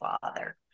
father